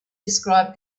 described